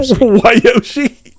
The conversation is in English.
Yoshi